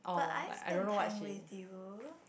but I spent time with you